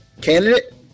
candidate